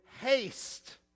haste